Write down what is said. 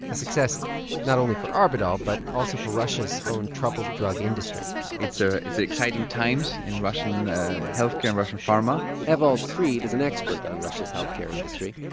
a success not only for arbidol, but also for russia's own troubled drug industry it's ah it's exciting times, in russian health care, russian pharma ewald kreid is an expert on russia's health care industry.